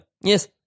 yes